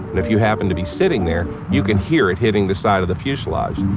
if you happen to be sitting there, you can hear it hitting the side of the fuselage